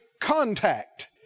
contact